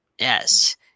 Yes